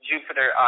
Jupiter